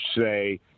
say